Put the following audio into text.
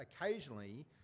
occasionally